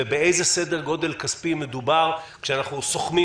ובאיזה גודל כספי מדובר כשאנחנו סוכמים